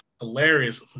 hilarious